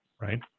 right